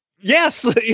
Yes